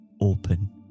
open